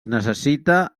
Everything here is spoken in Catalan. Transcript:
necessita